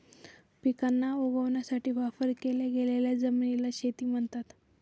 पिकांना उगवण्यासाठी वापर केल्या गेलेल्या जमिनीला शेती म्हणतात